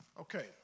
Okay